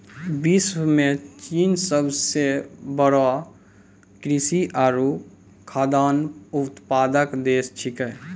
विश्व म चीन सबसें बड़ो कृषि आरु खाद्यान्न उत्पादक देश छिकै